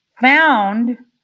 found